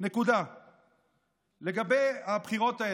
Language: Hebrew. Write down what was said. אתם מסיתים, נקודה.